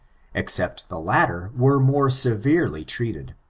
except the latter were more severely treated.